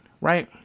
right